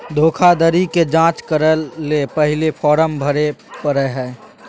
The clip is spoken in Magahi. धोखाधड़ी के जांच करय ले पहले फॉर्म भरे परय हइ